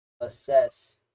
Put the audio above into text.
assess